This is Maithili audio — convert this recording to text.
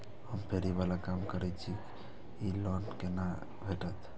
हम फैरी बाला काम करै छी लोन कैना भेटते?